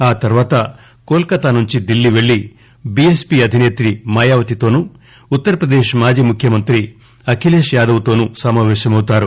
ఆతర్వాత కోల్కతా నుంచి ఢిల్లీ పెళ్ళి బిఎస్పి అధినేత్రి మాయవతితోనూ ఉత్తరప్రదేశ్ మాజీముఖ్యమంత్రి అభిలేశ్ యాదవ్తోనూ సమాపేశమవుతారు